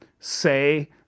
say